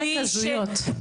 חלק הזויות.